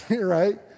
right